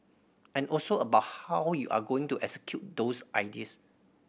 and also about how you're going to execute those ideas